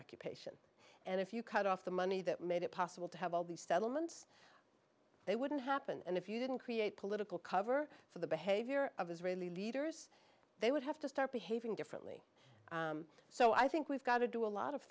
occupation and if you cut off the money that made it possible to have all these settlements they wouldn't happen and if you didn't create political cover for the behavior of israeli leaders they would have to start behaving differently so i think we've got to do a lot of